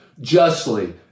justly